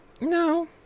no